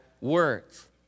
words